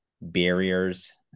barriers